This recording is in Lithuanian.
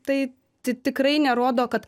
tai ti tikrai nerodo kad